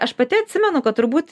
aš pati atsimenu kad turbūt